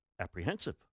apprehensive